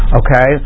okay